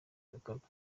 bikorwa